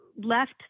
left